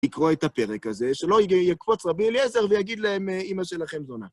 לקרוא את הפרק הזה, שלא יקפוץ רבי אליעזר ויגיד להם, אמא שלכם זונה.